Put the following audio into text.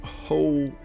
whole